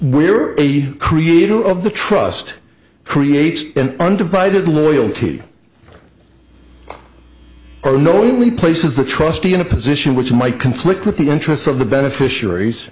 we're a creator of the trust creates an undivided loyalty no only places the trustee in a position which might conflict with the interests of the beneficiaries